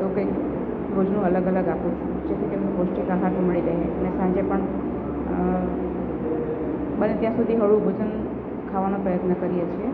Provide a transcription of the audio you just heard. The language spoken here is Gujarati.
એવું કંઈક રોજનું અલગ અલગ આપું છું જેથી કરીને પૌષ્ટિક આહાર મળી રહે અને સાંજે પણ બને ત્યાં સુધી હળવું ભોજન ખાવાનું પ્રયત્ન કરીએ છીએ